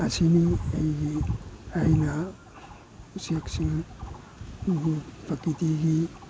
ꯑꯁꯤꯅꯤ ꯑꯩꯒꯤ ꯑꯩꯅ ꯎꯆꯦꯛꯁꯤꯡꯕꯨ ꯄ꯭ꯔꯀꯤꯇꯤꯒꯤ